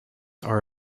are